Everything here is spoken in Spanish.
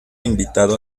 invitado